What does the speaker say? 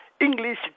English